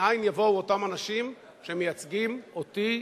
מאין יבואו אותם אנשים שמייצגים אותי,